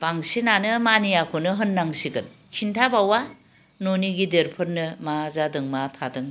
बांसिनानो मानियाखौनो होननांसिगोन खिन्थाबावा न'नि गिदिरफोरनो मा जादों मा थादों